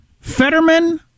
Fetterman